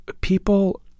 people